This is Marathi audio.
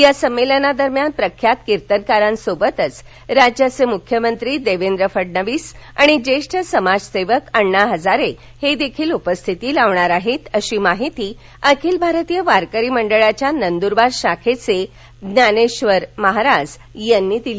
या समेलनादरम्यान प्रख्यात किर्तनकारासोबतच राज्याचे मुख्यमंत्री देवेंद्र फडणवीस आणि ज्येष्ठ समाजसेवक अण्णा हजारेदेखील उपस्थिती लावणार आहेत अशी माहिती अखिल भारतीय वारकरी मंडलाच्या नंदुरबार शाखेचे ज्ञानेश्वर महाराज यांनी दिली